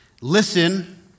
Listen